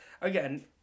again